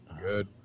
Good